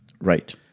Right